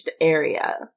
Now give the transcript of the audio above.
area